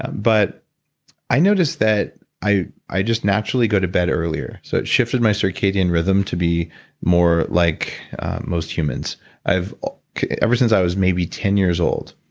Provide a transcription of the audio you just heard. but i noticed that i i just naturally go to bed earlier. so it shifted my circadian rhythm to be more like most humans ever since i was maybe ten years old,